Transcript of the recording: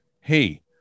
Hey